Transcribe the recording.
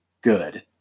good